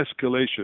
escalation